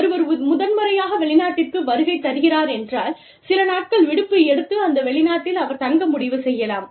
ஒருவர் முதன்முறையாக வெளிநாட்டிற்கு வருகை தருகிறாரென்றால் சில நாட்கள் விடுப்பு எடுத்து அந்த வெளிநாட்டில் அவர் தங்க முடிவு செய்யலாம்